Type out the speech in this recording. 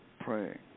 praying